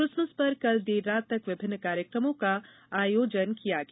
Christmas पर कल देर रात तक विभिन्न कार्यक्रमों का आयोजन किया गया